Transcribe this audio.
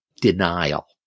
denial